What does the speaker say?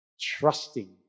trusting